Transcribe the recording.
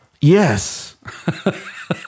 Yes